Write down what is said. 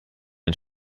ein